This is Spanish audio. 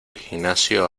gimnasio